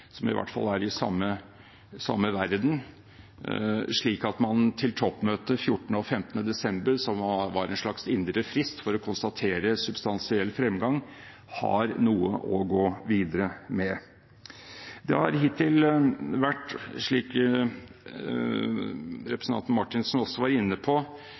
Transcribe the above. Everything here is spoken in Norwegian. i hvert fall er i samme verden, slik at toppmøtet 14. og 15. desember, som var en slags indre frist for å konstatere substansiell fremgang, har noe å gå videre med. Man har hittil, slik representanten Marthinsen også var inne på,